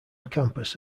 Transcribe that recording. campus